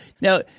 Now